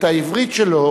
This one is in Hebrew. את העברית שלו